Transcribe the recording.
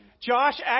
Josh